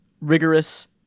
rigorous